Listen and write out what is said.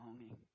longing